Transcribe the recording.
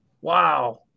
Wow